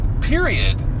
period